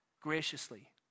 graciously